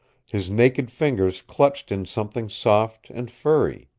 his naked fingers clutched in something soft and furry.